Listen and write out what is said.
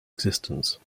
existence